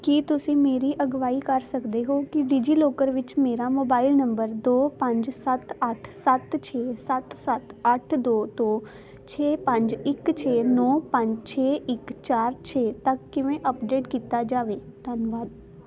ਕੀ ਤੁਸੀਂ ਮੇਰੀ ਅਗਵਾਈ ਕਰ ਸਕਦੇ ਹੋ ਕਿ ਡਿਜੀਲਾਕਰ ਵਿੱਚ ਮੇਰਾ ਮੋਬਾਈਲ ਨੰਬਰ ਦੋ ਪੰਜ ਸੱਤ ਅੱਠ ਸੱਤ ਛੇ ਸੱਤ ਸੱਤ ਅੱਠ ਦੋ ਤੋਂ ਛੇ ਪੰਜ ਇਕ ਛੇ ਨੌਂ ਪੰਜ ਛੇ ਇੱਕ ਚਾਰ ਛੇ ਤੱਕ ਕਿਵੇਂ ਅੱਪਡੇਟ ਕੀਤਾ ਜਾਵੇ ਧੰਨਵਾਦ